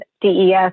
DES